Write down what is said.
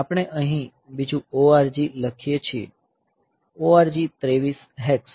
આપણે અહીં બીજું ORG લખીએ છીએ ORG 23 હેક્સ